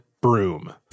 broom